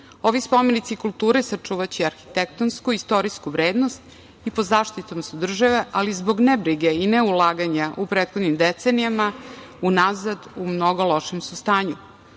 spomenici kulture sačuvanje arhitektonsku, istorijsku vrednost i pod zaštitom su države, ali zbog ne brige i ne ulaganja u prethodnim decenijama unazad u mnogo lošem su